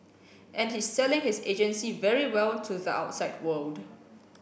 and he's selling his agency very well to the outside world